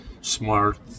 smart